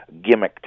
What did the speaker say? gimmicked